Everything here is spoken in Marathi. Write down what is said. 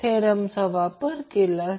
57 अँगल 62 o अँपिअर मिळेल